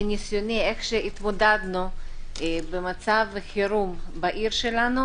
אז מניסיוני איך התמודדנו במצב החירום בעיר שלנו.